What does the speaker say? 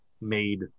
made